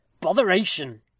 Botheration